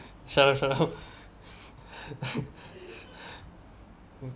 shut up shut up